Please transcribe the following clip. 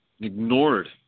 ignored